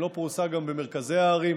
לא פרוסה גם במרכזי הערים.